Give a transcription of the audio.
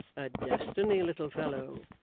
a destiny, little fellow